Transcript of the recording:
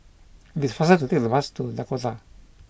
it is faster to take the bus to Dakota